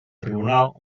tribunal